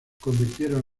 convirtieron